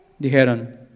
Dijeron